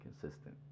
consistent